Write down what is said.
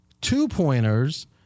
two-pointers